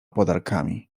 podarkami